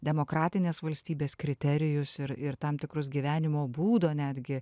demokratinės valstybės kriterijus ir ir tam tikrus gyvenimo būdo netgi